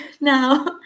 now